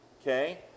okay